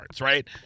right